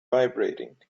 vibrating